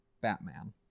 batman